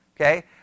okay